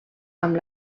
amb